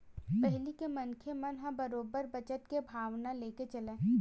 पहिली के मनखे मन ह बरोबर बचत के भावना लेके चलय